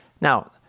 Now